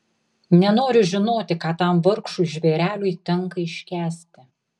nenoriu žinoti ką tam vargšui žvėreliui tenka iškęsti